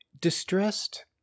Distressed